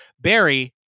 Barry